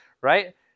right